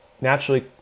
naturally